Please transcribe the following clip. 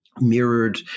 Mirrored